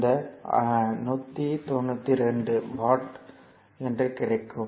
இது 192 வாட் என்று கிடைக்கும்